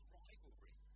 rivalry